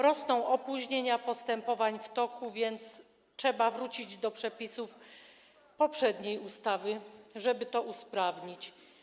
Rosną opóźnienia postępowań w toku, więc trzeba wrócić do przepisów poprzedniej ustawy, żeby to usprawnić.